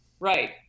Right